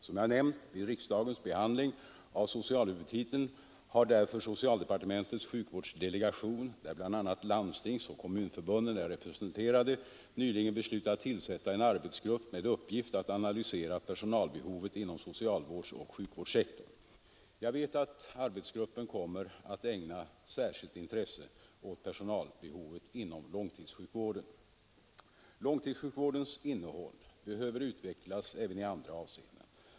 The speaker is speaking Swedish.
Som jag nämnt vid riksdagens behandling av socialhuvudtiteln har därför socialdepartementets sjukvårdsdelegation, där bl.a. landstingsoch kommunförbunden är representerade, nyligen beslutat tillsätta en arbetsgrupp med uppgift att analysera personalbehovet inom socialvårdsoch sjukvårdssektorn. Jag vet att arbetsgruppen kommer att ägna särskilt intresse åt personalbehovet inom långtidssjukvården. Långtidssjukvårdens innehåll behöver utvecklas även i andra hänseenden.